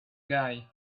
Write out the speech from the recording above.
guy